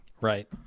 Right